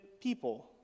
people